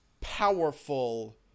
powerful